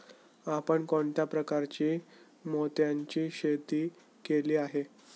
आपण कोणत्या प्रकारच्या मोत्यांची शेती केली आहे?